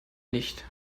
nicht